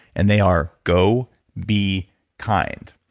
and they are, go be kind.